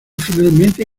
finalmente